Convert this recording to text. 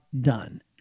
done